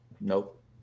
Nope